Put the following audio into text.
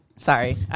Sorry